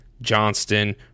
Johnston